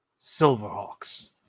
Silverhawks